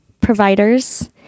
providers